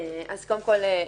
אז קודם כול,